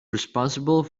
responsible